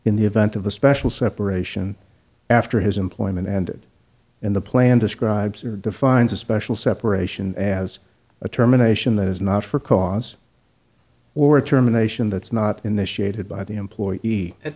in the event of a special separation after his employment ended and the plan describes or defines a special separation as a terminations that is not for cause or terminations that's not in the shaded by the employee